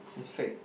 is fake